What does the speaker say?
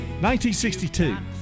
1962